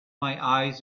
eyes